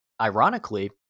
Ironically